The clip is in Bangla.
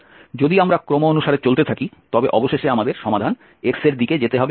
যদি আমরা ক্রম অনুসারে চলতে থাকি তবে অবশেষে আমাদের সমাধান x এর দিকে যেতে হবে